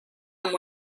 amb